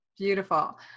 beautiful